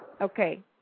Okay